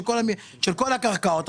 של כל הקרקעות מול משרד הכלכלה.